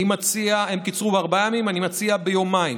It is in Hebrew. הם קיצרו בארבעה ימים, אני מציע ביומיים.